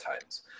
times